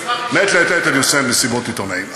מעת לעת אני עושה מסיבות עיתונאים,